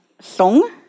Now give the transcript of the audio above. song